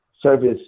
service